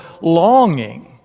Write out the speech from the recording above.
longing